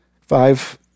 Five